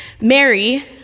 Mary